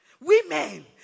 women